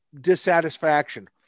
dissatisfaction